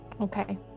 Okay